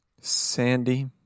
sandy